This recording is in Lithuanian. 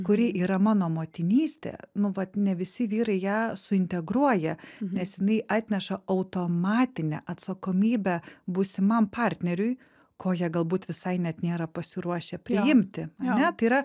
kuri yra mano motinystė nu vat ne visi vyrai ją suintegruoja nes jinai atneša automatinę atsakomybę būsimam partneriui ko jie galbūt visai net nėra pasiruošę priimti ane tai yra